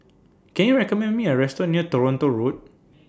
Can YOU recommend Me A Restaurant near Toronto Road